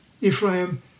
Ephraim